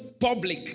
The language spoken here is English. public